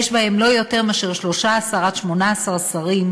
יש בהן לא יותר מאשר 13 עד 18 שרים,